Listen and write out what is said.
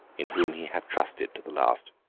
in whom he had trusted to the last.